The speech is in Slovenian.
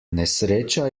nesreča